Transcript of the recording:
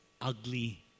ugly